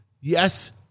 Yes